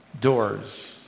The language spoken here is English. doors